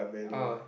oh